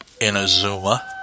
Inazuma